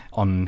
on